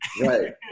right